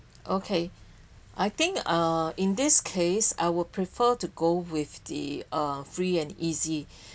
okay I think uh in this case I will prefer to go with the uh free and easy